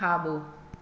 खाॿो